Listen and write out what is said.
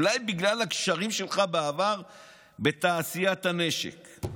אולי בגלל הקשרים שלך בעבר בתעשיית הנשק.